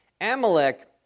Amalek